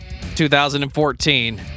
2014